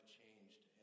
changed